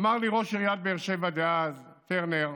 אמר לי ראש עיריית באר שבע דאז, טרנר: